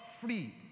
free